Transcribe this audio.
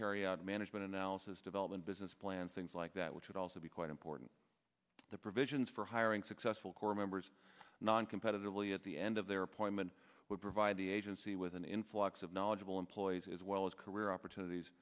carry out management analysis development business plans things like that which would also be quite important the provisions for hiring successful core members noncompetitive early at the end of their appointment would provide the agency with an influx of knowledgeable employees as well as career opportunities